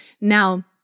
Now